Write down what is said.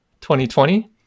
2020